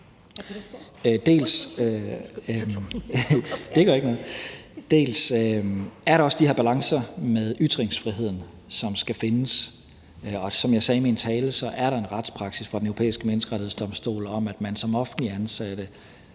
Derudover er der de her balancer med ytringsfriheden, som skal findes. Som jeg sagde i min tale, er der en retspraksis fra Den Europæiske Menneskerettighedsdomstol om, at man som offentligt ansatte